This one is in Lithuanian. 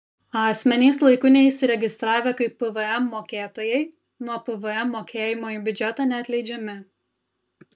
asmenys laiku neįsiregistravę kaip pvm mokėtojai nuo pvm mokėjimo į biudžetą neatleidžiami